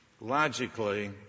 Logically